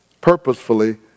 purposefully